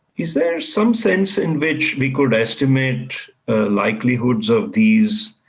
is there some sense in which we could estimate likelihoods of these